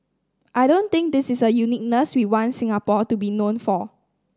I don't think this is a uniqueness we want Singapore to be known for